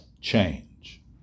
change